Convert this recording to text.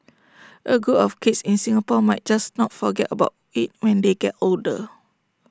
A group of kids in Singapore might just not forget about IT when they get older